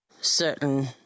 certain